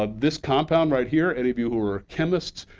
ah this compound right here, any of you who are chemists,